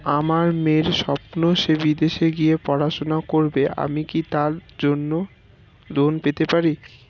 আমার মেয়ের স্বপ্ন সে বিদেশে গিয়ে পড়াশোনা করবে আমি কি তার জন্য লোন পেতে পারি?